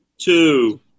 Two